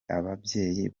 ababyeyi